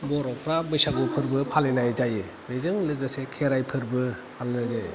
बर'फ्रा बैसागु फोरबो फालिनाय जायो बेजों लोगोसे खेराय फोरबो फालिनाय जायो